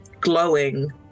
glowing